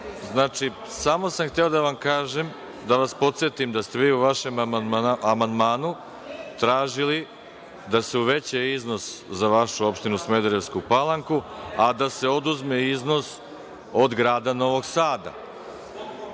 samo sam hteo da vam kažem, da vas podsetim da ste vi u vašem amandmanu tražili da se uveća iznos za vašu opštinu Smederevsku Palanku, a da se oduzme iznos od grada Novog Sada.